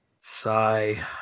Sigh